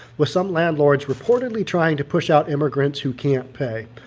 with some landlords reportedly trying to push out immigrants who can't pay.